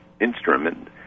instrument